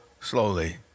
slowly